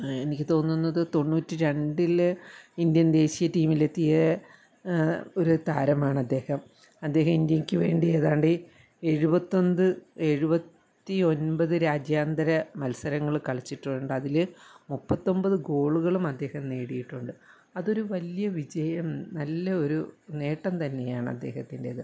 എനിക്ക് തോന്നുന്നത് തൊണ്ണൂറ്റി രണ്ടിൽ ഇന്ത്യൻ ദേശീയ ടീമിലെത്തിയ ഒരു താരമാണ് അദ്ദേഹം അദ്ദേഹം ഇന്ത്യയ്ക്ക് വേണ്ടി ഏതാണ്ട് ഏഴുവത്തൊന്ത് എഴുപത്തി ഒമ്പത് രാജ്യാന്തര മത്സരങ്ങൾ കളിച്ചിട്ടുണ്ട് അതിൽ മുപ്പത്തി ഒമ്പത് ഗോളുകളും അദ്ദേഹം നേടിയിട്ടുണ്ട് അതൊരു വലിയ വിജയം നല്ല ഒരു നേട്ടം തന്നെയാണ് അദ്ദേഹത്തിൻ്റേത്